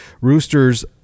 Roosters